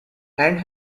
and